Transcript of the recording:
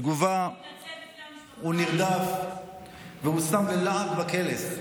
בתגובה הוא נרדף והושם ללעג וקלס,